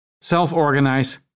self-organize